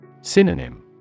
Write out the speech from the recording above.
Synonym